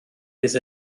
fydd